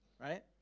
right